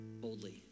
boldly